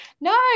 No